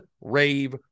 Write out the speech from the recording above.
rave